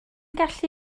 gallu